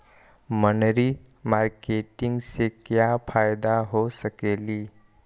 मनरी मारकेटिग से क्या फायदा हो सकेली?